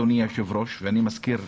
ואני מזכיר,